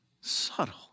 subtle